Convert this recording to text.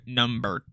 number